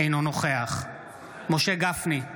אינו נוכח משה גפני,